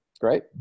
Great